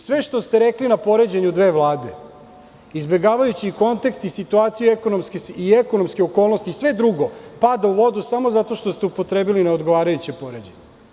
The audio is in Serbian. Sve što ste rekli na poređenju dve vlade, izbegavajući kontekst situacije ekonomske okolnosti i sve drugo pada u vodu samo zato što ste upotrebili neodgovarajuće poređenje.